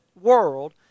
world